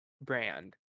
brand